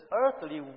earthly